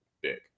big